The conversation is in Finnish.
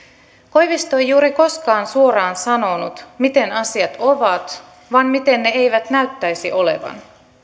koivisto ei juuri koskaan suoraan sanonut miten asiat ovat vaan miten ne eivät näyttäisi olevan